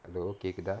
hello கேக்குதா:kekutha